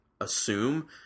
assume